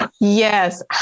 Yes